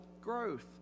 growth